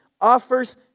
offers